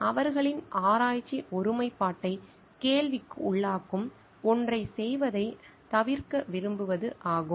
அவர்களின் ஆராய்ச்சி ஒருமைப்பாட்டைக் கேள்விக்குள்ளாக்கும் ஒன்றைச் செய்வதைத் தவிர்க்க விரும்புவது ஆகும்